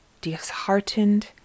disheartened